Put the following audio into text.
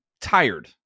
tired